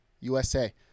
USA